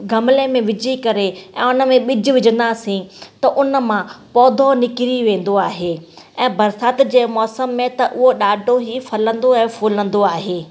गमले में विझी करे ऐं उन में ॿिजु विझंदासीं त उन मां पौधो निकिरी वेंदो आहे ऐं बरसाति जे मौसम में त उहो ॾाढो ई फलंदो ऐं फुलंदो आहे